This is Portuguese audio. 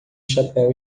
chapéu